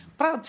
para